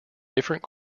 different